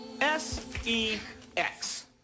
S-E-X